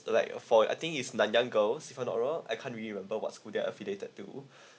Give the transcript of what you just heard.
like uh for I think is nanyang girls different oral I can't really remember what's school they affiliated to